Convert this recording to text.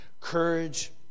courage